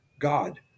God